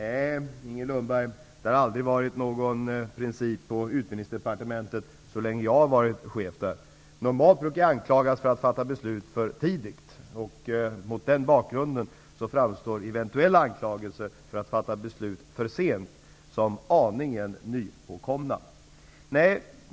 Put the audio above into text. Herr talman! Nej, Inger Lundberg, det har inte funnits någon sådan princip på Utbildningsdepartementet så länge jag har varit chef där. Normalt brukar jag anklagas för att fatta beslut för tidigt. Mot den bakgrunden framstår eventuella anklagelser för att fatta beslut för sent som aningen nypåkomna.